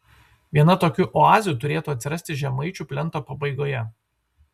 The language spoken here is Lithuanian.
viena tokių oazių turėtų atsirasti žemaičių plento pabaigoje